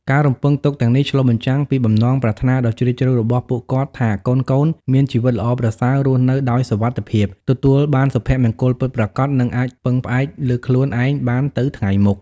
ការរំពឹងទុកទាំងនេះឆ្លុះបញ្ចាំងពីបំណងប្រាថ្នាដ៏ជ្រាលជ្រៅរបស់ពួកគាត់ថាកូនៗ មានជីវិតល្អប្រសើរ រស់នៅដោយសុវត្ថិភាព ទទួលបានសុភមង្គលពិតប្រាកដ និងអាចពឹងផ្អែកលើខ្លួនឯងបានទៅថ្ងៃមុខ។